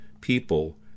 people